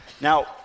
Now